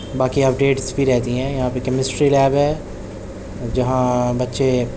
باقی اپڈیٹس بھی رہتی ہیں یہاں پہ کیمسٹری لیب ہے جہاں بچے